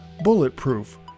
Bulletproof